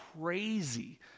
crazy